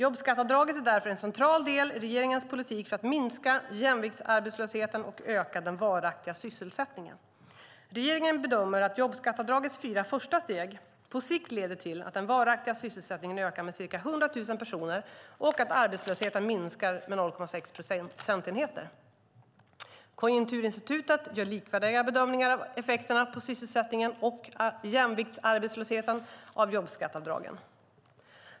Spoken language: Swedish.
Jobbskatteavdraget är därför en central del i regeringens politik för att minska jämviktsarbetslösheten och öka den varaktiga sysselsättningen. Regeringen bedömer att jobbskatteavdragets fyra första steg på sikt leder till att den varaktiga sysselsättningen ökar med ca 100 000 personer och att arbetslösheten minskar med 0,6 procentenheter. Konjunkturinstitutet gör likvärdiga bedömningar av effekterna på sysselsättningen och jämviktsarbetslösheten av jobbskatteavdragen.